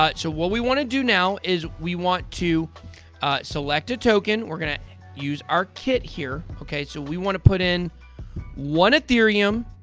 but so what we want to do now is we want to select a token. we're going to use our kit here. okay, so we want to put in one ethereum.